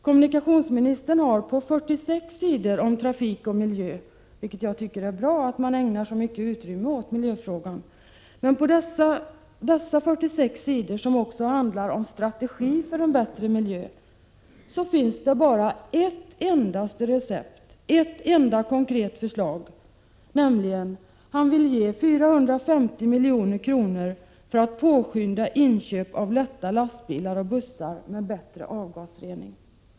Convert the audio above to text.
Kommunikationsministern har på 46 sidor om trafik och miljö — det är bra att han ägnar så mycket utrymme åt miljöfrågan — och även om strategin för en bättre miljö, bara ett enda recept, ett enda konkret förslag, nämligen att han vill ge 450 milj.kr. för att påskynda inköp av lätta lastbilar och bussar med bättre avgasrening.